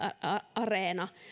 areena